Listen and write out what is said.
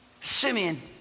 Simeon